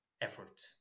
effort